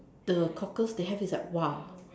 the cockles they have is like !wah!